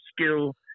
skill